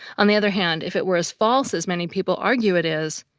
on the other hand, if it were as false as many people argue it is,